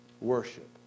Worship